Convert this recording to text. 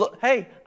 Hey